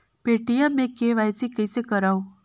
Paytm मे KYC कइसे करव?